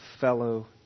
fellow